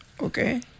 Okay